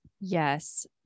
Yes